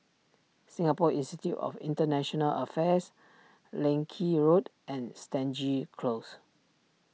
Singapore Institute of International Affairs Leng Kee Road and Stangee Close